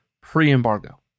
pre-embargo